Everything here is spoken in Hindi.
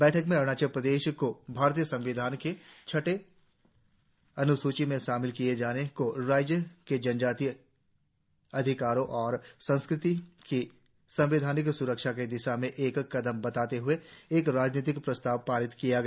बैठक में अरुणाचल प्रदेश को भारतीय संविधान की छठवे अन्सूची में शामिल किए जाने को राज्य के जनजातीय अधिकारों और संस्कृति की संवैधानिक स्रक्षा की दिशा में एक कदम बताते हए एक राजनीतिक प्रस्ताव पारित किया गया